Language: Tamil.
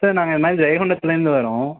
சார் நாங்கள் இந்த மாதிரி ஜெயங்கொண்டத்துலேருந்து வரோம்